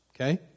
Okay